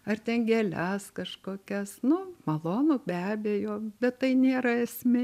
ar ten gėles kažkokias nu malonu be abejo bet tai nėra esmė